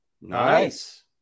Nice